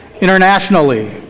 internationally